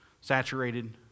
saturated